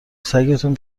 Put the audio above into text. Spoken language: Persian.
سگتون